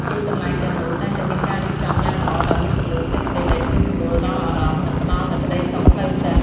ទីកន្លែងទាំងនោះតែងតែមានការរៀបចំយ៉ាងល្អដោយមានពន្លឺតិចៗ ដែលជួយសម្រួលដល់អារម្មណ៍ និងផ្តល់នូវក្ដីសុខផ្លូវចិត្ត។